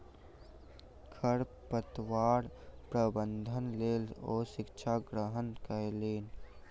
खरपतवार प्रबंधनक लेल ओ शिक्षा ग्रहण कयलैन